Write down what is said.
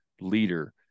leader